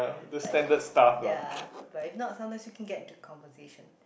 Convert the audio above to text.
like ya but if not sometimes we can get into conversation